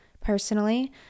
personally